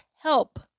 help